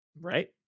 right